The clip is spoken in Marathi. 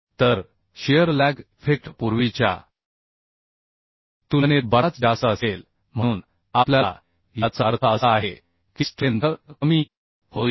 तर शिअर लॅग इफेक्ट पूर्वीच्या तुलनेत बराच जास्त असेल म्हणून आपल्याला याचा अर्थ असा आहे की स्ट्रेंथ कमी होईल